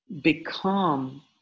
become